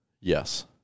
Yes